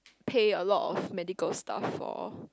pay a lot of medical stuff for